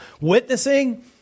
witnessing